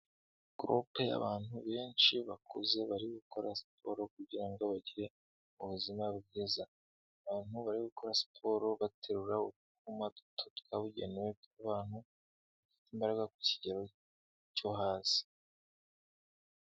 Gurupe abantu benshi bakuze bari gukora siporo kugira ngo bagire mu buzima bwiza, abantu bari gukora siporo baterura utwuma duto twabugenewe tw'abantu bafite imbaraga ku kigero cyo hasi.